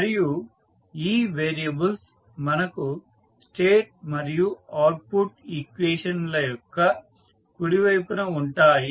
మరియు ఈ వేరియబుల్స్ మనకు స్టేట్ మరియు అవుట్పుట్ ఈక్వేషన్ ల యొక్క కుడి వైపున ఉంటాయి